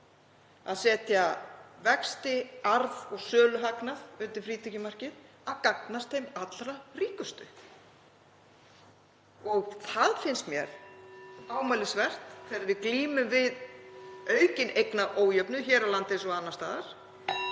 að setja vexti, arð og söluhagnað undir frítekjumarkið, að gagnast þeim allra ríkustu. (Forseti hringir.) Það finnst mér ámælisvert þegar við glímum við aukinn eignaójöfnuð hér á landi eins og annars staðar